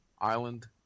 island